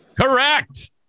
Correct